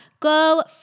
Go